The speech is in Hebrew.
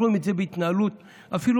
אנחנו רואים את זה בהתנהלות אפילו